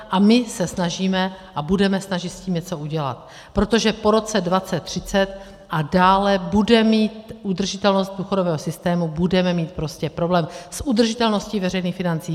A my se snažíme a budeme snažit s tím něco udělat, protože po roce 2020, 2030 a dále bude mít udržitelnost důchodového systému, budeme mít prostě problém s udržitelností veřejných financí.